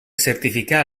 certificar